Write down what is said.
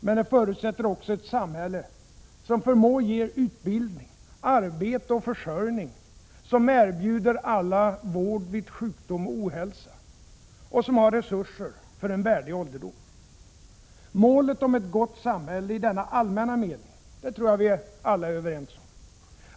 Men det förutsätter också ett samhälle som förmår ge utbildning, arbete och försörjning, som erbjuder alla vård vid sjukdom och ohälsa och som har resurser för en värdig ålderdom. Målet ett gott samhälle i denna allmänna mening tror jag att vi alla är överens om.